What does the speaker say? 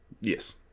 yes